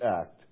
act